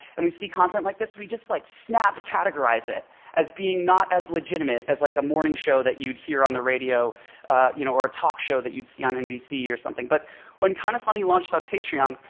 and we see content like this, we just like snap categorize it as being not as legitimate as like a morning show that you'd hear on the radio you know or a talk show that you'd see on nbc or something but when kinda funny launched on patreon,